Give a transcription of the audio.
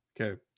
okay